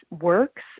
works